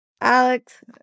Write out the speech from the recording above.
Alex